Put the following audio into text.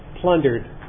plundered